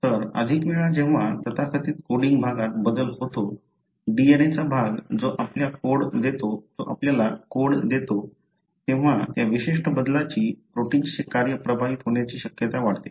तर अधिक वेळा जेव्हा तथाकथित कोडिंग भागात बदल होतो DNA चा भाग जो आपल्याला कोड देतो तेव्हा त्या विशिष्ट बदलाची प्रोटिन्सचे कार्य प्रभावित होण्याची शक्यता वाढते